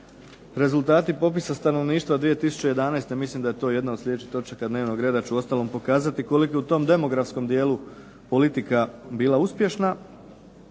Rezultati popisa stanovništva 2011. mislim da je to jedna od sljedećih točaka dnevnog reda će uostalom pokazati koliko je u tom demografskom dijelu je politika bila uspješna,